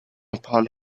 upon